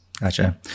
Gotcha